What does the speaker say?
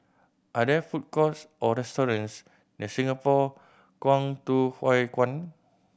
are there food courts or restaurants near Singapore Kwangtung Hui Kuan